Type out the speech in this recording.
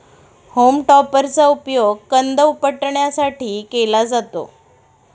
home टॉपरचा उपयोग कंद उपटण्यासाठी केला जातो